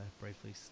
briefly